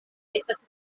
estas